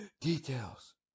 details